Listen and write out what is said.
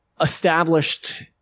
established